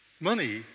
Money